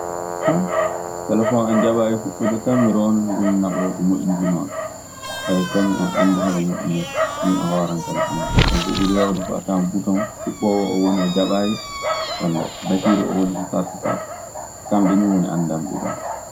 so telefoŋ an jaɓaayi huɓɓude tan, mi roondoto ɗun mi naɓa oo to moƴƴintinooɓe. kañun en anndi hono moƴƴinirtee, min e hoore an kaa mi anndaa. Sabi ko ɓuri heewde fuu a tawan butoŋ kubboowo o woni ko jaɓaayi walla batiir oo woni ko sarsata. Kamɓe nii woni anndanɓe ɗun kaa.